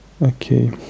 Okay